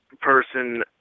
person